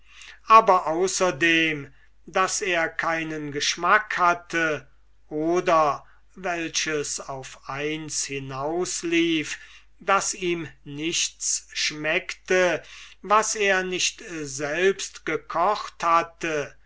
aber außerdem daß er keinen geschmack hatte oder welches auf eins hinaus lief daß ihm nichts schmeckte was er nicht selbst gekocht hatte